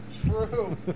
True